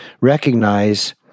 recognize